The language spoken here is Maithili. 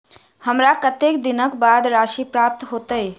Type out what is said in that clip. हमरा कत्तेक दिनक बाद राशि प्राप्त होइत?